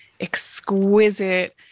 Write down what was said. exquisite